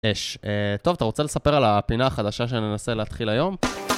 אש. אה... טוב, אתה רוצה לספר על הפינה החדשה שננסה להתחיל היום?